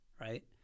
right